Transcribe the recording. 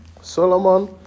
Solomon